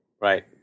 Right